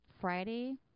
Friday